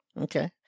Okay